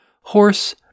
horse